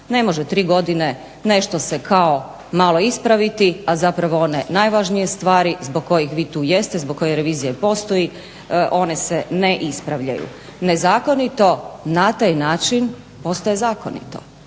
Ne može tri godine nešto se kao malo ispraviti, a zapravo one najvažnije stvari zbog kojih vi tu jeste zbog kojih revizija i postoji one se ne ispravljaju. Nezakonito na taj način postaje zakonito.